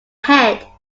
head